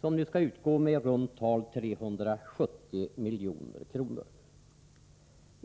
som skall utgå med i runt tal 370 milj.kr.